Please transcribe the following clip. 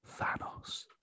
Thanos